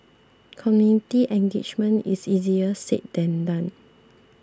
community engagement is easier said than done